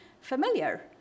familiar